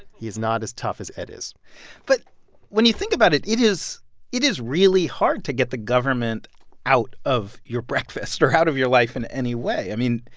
he is not as tough as ed is but when you think about it, it is it is really hard to get the government out of your breakfast or out of your life in any way. i mean,